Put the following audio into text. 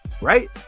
Right